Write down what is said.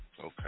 Okay